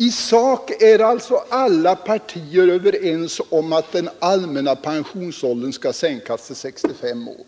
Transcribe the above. I sak är alltså alla partier överens om att den allmänna pensionsåldern skall sänkas till 65 år.